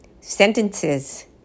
sentences